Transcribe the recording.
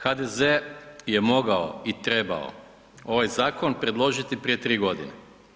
HDZ je mogao i trebao ovaj zakon predložiti prije tri godine.